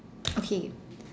okay